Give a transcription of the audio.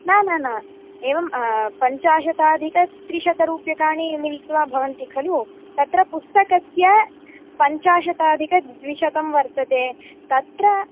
न न न एवं पञ्चाशतधिकत्रिशतरूप्यकाणि मिलित्वा भवन्ति खलु तत्र पुस्तकस्य पञ्चाशतदिकद्विशतं वर्तते तत्र